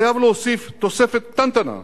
חייב להוסיף תוספת קטנטנה,